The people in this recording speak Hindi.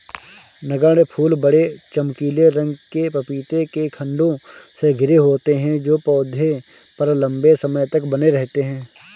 नगण्य फूल बड़े, चमकीले रंग के पपीते के खण्डों से घिरे होते हैं जो पौधे पर लंबे समय तक बने रहते हैं